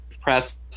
press